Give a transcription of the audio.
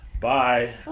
Bye